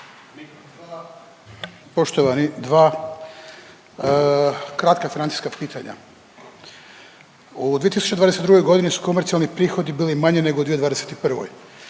Ivan (SDP)** Poštovani, dva kratka financijska pitanja. U 2022.g. su komercijalni prihodi bili manji nego u 2021.,